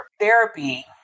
therapy